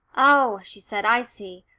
oh, she said, i see.